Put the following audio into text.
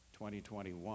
2021